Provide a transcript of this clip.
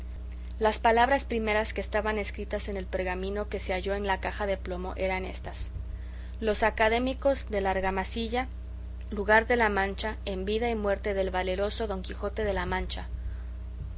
las palabras primeras que estaban escritas en el pergamino que se halló en la caja de plomo eran éstas los académicos de la argamasilla lugar de la mancha en vida y muerte del valeroso don quijote de la mancha